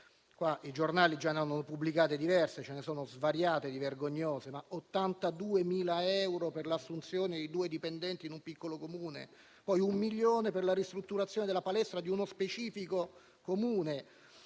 I giornali già ne hanno pubblicate diverse, visto che ce ne sono di svariate e vergognose: 82.000 euro per l'assunzione di due dipendenti in un piccolo Comune e un milione di euro per la ristrutturazione della palestra di uno specifico Comune.